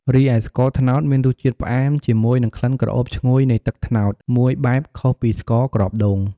រីឯស្ករត្នោត មានរសជាតិផ្អែមជាមួយនឹងក្លិនក្រអូបឈ្ងុយនៃទឹកត្នោតមួយបែបខុសពីស្ករគ្រាប់ដូង។